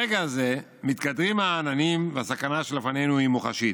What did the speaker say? ברגע זה מתקדרים העננים והסכנה שלפנינו היא מוחשית,